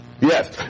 Yes